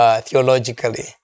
theologically